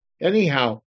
Anyhow